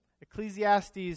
Ecclesiastes